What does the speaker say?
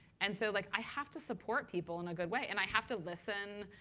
and so like i have to support people in a good way. and i have to listen.